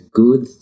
good